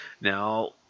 Now